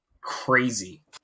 crazy